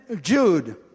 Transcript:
Jude